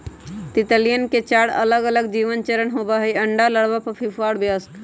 तितलियवन के चार अलगअलग जीवन चरण होबा हई अंडा, लार्वा, प्यूपा और वयस्क